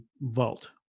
vault